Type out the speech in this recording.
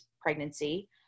pregnancy